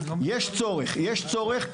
יש צורך.